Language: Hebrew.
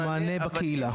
שהוא מענה בקהילה,